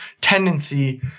tendency